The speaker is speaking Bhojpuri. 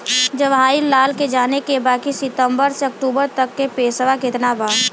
जवाहिर लाल के जाने के बा की सितंबर से अक्टूबर तक के पेसवा कितना बा?